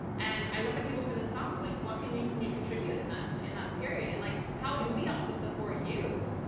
and i look at people for the sum, like what can you can you contribute in that in that period? and like how do we also support you?